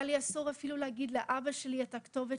היה לי אסור אפילו להגיד לאבא שלי את הכתובת